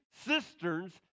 cisterns